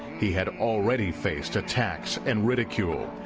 he had already faced attacks and ridicule.